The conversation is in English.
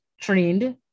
trained